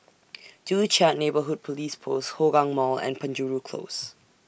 Joo Chiat Neighbourhood Police Post Hougang Mall and Penjuru Close